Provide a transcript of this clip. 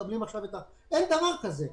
אין דבר כזה.